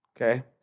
Okay